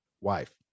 Wife